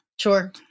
Sure